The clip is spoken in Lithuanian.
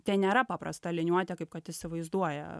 ten nėra paprasta liniuotė kaip kad įsivaizduoja